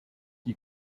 die